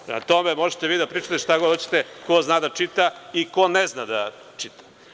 Prema tome, možete vi da pričate šta god hoćete, ko zna da čita i ko ne zna da čita.